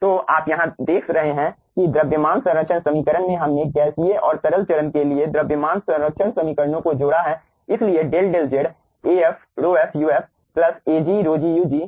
तो आप यहाँ देख रहे हैं कि द्रव्यमान संरक्षण समीकरण में हमने गैसीय और तरल चरण के लिए द्रव्यमान संरक्षण समीकरणों को जोड़ा है इसलिए del del z Af ρf uf Ag ρg ug